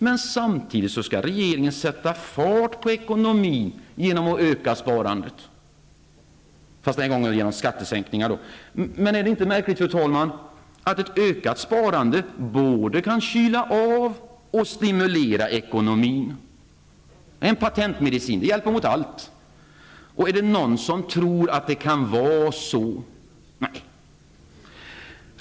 Men samtidigt skall regeringen sätta fart på ekonomin genom att öka sparandet, fast denna gång via skattesänkningar. Är det inte märkligt, fru talman, att ett ökat sparande både kan kyla av och stimulera ekonomin? En patentmedicin för allt? Är det någon som tror att det kan vara så? Nej!